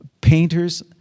painters